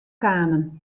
kamen